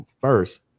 First